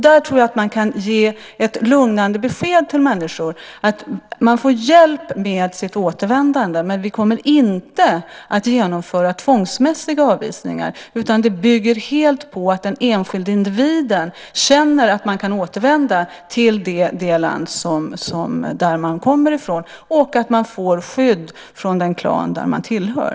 Där tror jag att man kan ge ett lugnande besked till människor om att de får hjälp med sitt återvändande men att vi inte kommer att genomföra tvångsmässiga avvisningar. Det bygger helt på att den enskilda individen känner sig kunna återvända till det land som man kommer ifrån och att den individen får skydd från den klan som man tillhör.